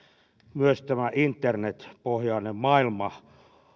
myös tämä internetpohjainen maailma